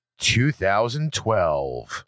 2012